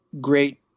great